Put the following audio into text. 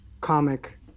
comic